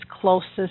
closest